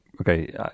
okay